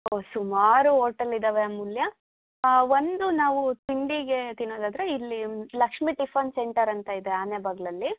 ಸುಮಾರು ಓಟಲ್ ಇದ್ದಾವೆ ಅಮೂಲ್ಯ ಒಂದು ನಾವು ತಿಂಡಿಗೆ ತಿನ್ನೋದಾದರೆ ಇಲ್ಲಿ ಲಕ್ಷ್ಮೀ ಟಿಫನ್ ಸೆಂಟರ್ ಅಂತ ಇದೆ ಆನೆಬಾಗಿಲಲ್ಲಿ